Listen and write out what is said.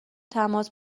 تماس